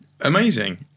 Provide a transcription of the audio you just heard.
Amazing